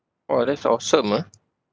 !wah! that's awesome ah